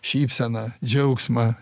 šypseną džiaugsmą